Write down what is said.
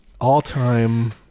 all-time